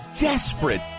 desperate